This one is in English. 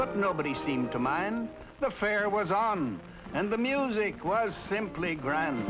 but nobody seemed to mind the fare was on and the music was simply